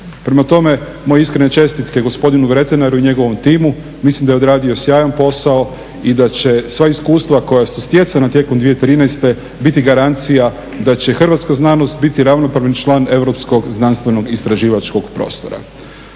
Prema tome, moje iskrene čestitke gospodinu Vretenaru i njegovom timu. Mislim da je odradio sjajan posao i da će sva iskustva koja su stjecana tijekom 2013. Biti garancija da će hrvatska znanost biti ravnopravni član europskog znanstvenog istraživačkog prostora.